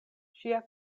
ŝia